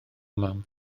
mam